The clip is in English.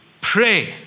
pray